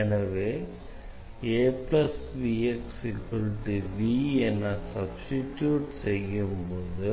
எனவே என சப்ஸ்டிடியூட் செய்யும்போது